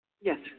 Yes